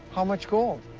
how much gold?